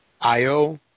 IO